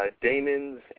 Damon's